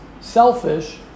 selfish